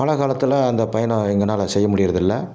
மழை காலத்தில் அந்த பயணம் எங்கனால் செய்ய முடியறதில்லை